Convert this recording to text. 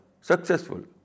successful